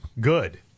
Good